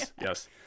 yes